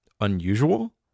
unusual